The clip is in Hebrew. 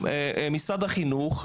משרד החינוך,